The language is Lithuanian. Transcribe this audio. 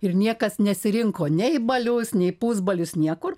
ir niekas nesirinko nei į balius nei į pusbalius niekur